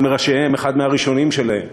אחד מראשיהם, אחד מהראשונים שלהם,